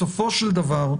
בסופו של דבר,